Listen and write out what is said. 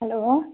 hello